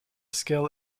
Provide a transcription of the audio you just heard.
skill